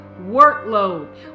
workload